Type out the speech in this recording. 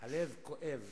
הלב כואב